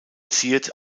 ziert